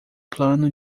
plano